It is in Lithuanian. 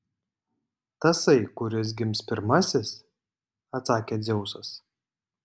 tasai kuris gims pirmasis atsakė dzeusas